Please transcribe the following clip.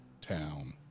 town